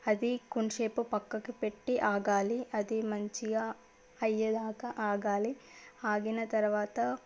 అది కొంచెం సేపు ప్రక్కకు పెట్టి ఆగాలి అది మంచిగా అయ్యేదాకా ఆగాలి ఆగిన తరువాత